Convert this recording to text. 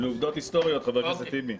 אלה עובדות היסטוריות, חבר הכנסת טיבי.